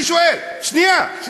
אני שואל, באמת.